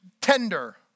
tender